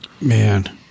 man